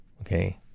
okay